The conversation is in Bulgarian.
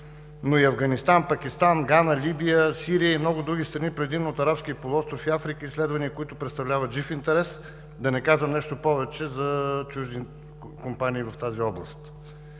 но и в Афганистан, Пакистан, Гана, Либия, Сирия и много други страни, предимно от Арабския полуостров и Африка, изследвания, които представляват жив интерес, да не казвам нещо повече – за чужди компании в тази област.